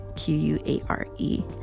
q-u-a-r-e